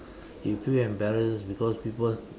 you feel embarrassed because people